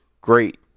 great